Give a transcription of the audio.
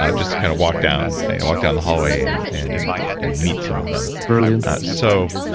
ah just to kind of walk down walk down the hallway and and and meet some of them brilliant so,